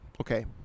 Okay